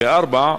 שאלה 4: